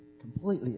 completely